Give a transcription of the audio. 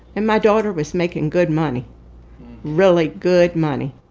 and my daughter was making good money really good money